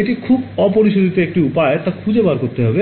এটি খুব অপরিশোধিত একটি উপায় আছে তা খুঁজে বের করা হবে